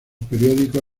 periódicos